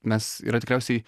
mes yra tikriausiai